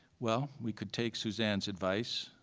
well, we could take suzan's advice,